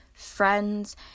friends